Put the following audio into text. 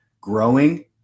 growing